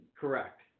Correct